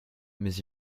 mais